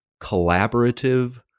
collaborative